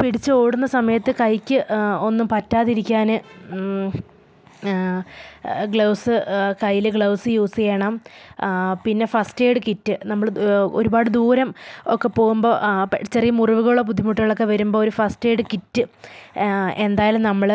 പിടിച്ച് ഓടുന്ന സമയത്ത് കൈക്ക് ഒന്നും പറ്റാതിരിക്കാൻ ഗ്ലൗസ് കയ്യിൽ ഗ്ലൗസ് യൂസ് ചെയ്യണം പിന്നെ ഫസ്റ്റ് എയ്ഡ് കിറ്റ് നമ്മൾ ഒരുപാടുദൂരം ഒക്കെ പോകുമ്പോൾ ചെറിയ മുറിവുകളോ ബുദ്ധിമുട്ടുകളൊക്കെ വരുമ്പോൾ ഒരു ഫസ്റ്റ് എയ്ഡ് കിറ്റ് എന്തായാലും നമ്മൾ